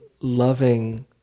loving